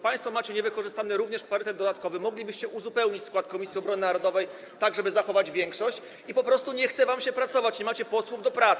Państwo również macie niewykorzystany parytet dodatkowy, moglibyście uzupełnić skład Komisji Obrony Narodowej, tak żeby zachować większość, ale po prostu nie chce wam się pracować, nie macie posłów do pracy.